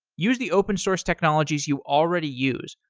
use the open source technologies you already use,